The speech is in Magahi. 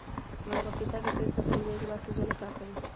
हमरा पतिता के पेड़ सब फुल देबे के बाद सुख जाले का करी?